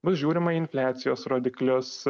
bus žiūrima į infliacijos rodiklius